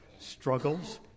Struggles